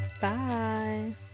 Bye